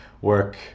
work